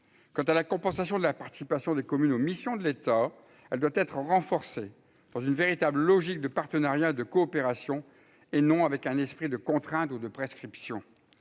quant à la compensation de la participation des communes aux missions de l'État, elle doit être renforcée dans une véritable logique de partenariat de coopération et non avec un esprit de contrainte ou de prescription,